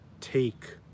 take